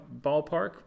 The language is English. ballpark